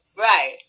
Right